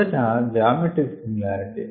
మొదట geometric similarity